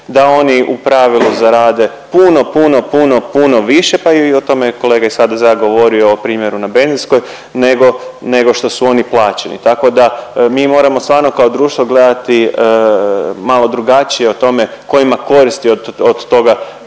da oni u pravilu zarade puno, puno, puno, puno više pa i o tome je kolega iz HDZ-a govorio o primjeru na benzinskoj nego, nego što su oni plaćeni. Tako da mi moramo stvarno kao društvo gledati malo drugačije o tome tko ima koristi od toga